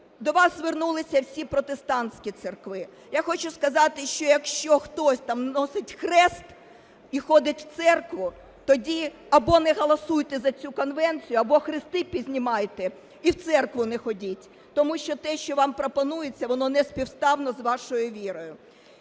До вас звернулися всі протестантські церкви. Я хочу сказати, що якщо хтось там носить хрест і ходить у церкву, тоді або не голосуйте за цю конвенцію, або хрести познімайте і в церкву не ходіть, тому що те, що вам пропонуються, воно неспівставно з вашою вірою.